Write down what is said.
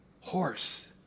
horse